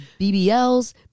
BBLs